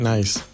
Nice